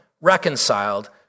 Reconciled